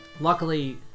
luckily